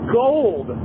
gold